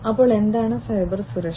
അപ്പോൾ എന്താണ് സൈബർ സുരക്ഷ